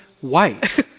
white